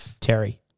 Terry